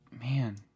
man